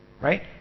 right